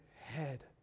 head